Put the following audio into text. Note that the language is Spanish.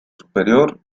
superior